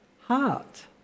heart